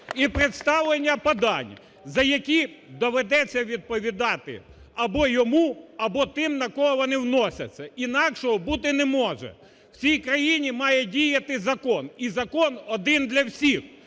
і представлення подань, за які доведеться відповідати або йому, або тим, на кого вони вносяться, інакшого бути не може. В цій країні має діяти закон і закон один для всіх,